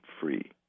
free